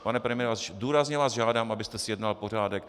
Pane premiére, důrazně vás žádám, abyste zjednal pořádek.